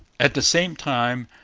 at the same time,